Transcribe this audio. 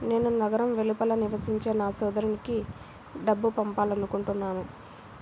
నేను నగరం వెలుపల నివసించే నా సోదరుడికి డబ్బు పంపాలనుకుంటున్నాను